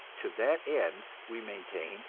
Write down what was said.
to that end we maintain,